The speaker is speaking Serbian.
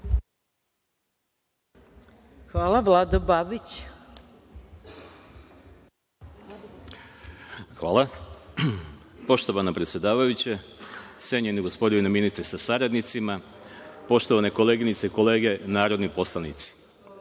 **Vlado Babić** Hvala. Poštovana predsedavajuća, cenjeni gospodine ministre sa saradnicima, poštovane koleginice i kolege narodni poslanici,